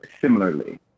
similarly